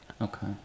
Okay